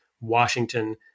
Washington